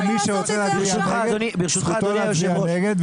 ומי שרוצה להצביע נגד זכותו להצביע נגד,